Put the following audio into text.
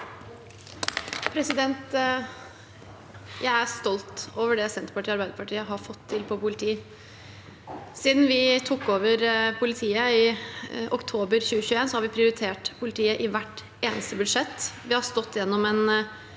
Jeg er stolt over det som Senterpartiet og Arbeiderpartiet har fått til på politifeltet. Siden vi tok over politiet i oktober 2021, har vi prioritert politiet i hvert eneste budsjett. Vi har stått i en